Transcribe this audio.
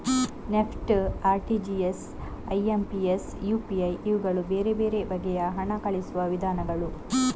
NEFT, RTGS, IMPS, UPI ಇವುಗಳು ಬೇರೆ ಬೇರೆ ಬಗೆಯ ಹಣ ಕಳುಹಿಸುವ ವಿಧಾನಗಳು